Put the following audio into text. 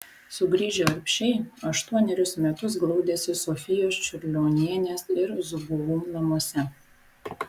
sugrįžę urbšiai aštuonerius metus glaudėsi sofijos čiurlionienės ir zubovų namuose